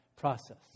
process